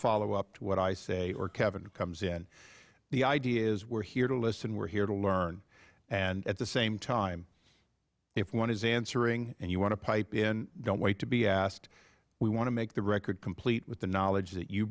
followup to what i say or kevin comes in the idea is we're here to listen and we're here to learn at the same time if one is answering and you want to pipe in don't wait to be asked we want to make the record complete with the knowledge that you